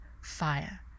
fire